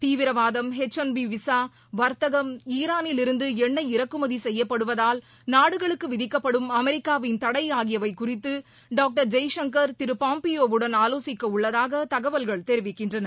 தீவிரவாதம் H one B visa வர்த்தகம் ஈரானில் இருந்து எண்ணெய் இறக்குமதி செய்யப்படுவதால் நாடுகளுக்கு விதிக்கப்படும் அமெரிக்காவின் தடை ஆகியவை குறித்து டாக்டர் ஜெய்சங்கர் திரு பாம்பியோவுடன் ஆலோசிக்க உள்ளதாக தகவல்கள் தெரிவிக்கின்றன